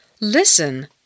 Listen